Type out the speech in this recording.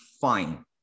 fine